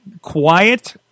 quiet